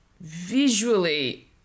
Visually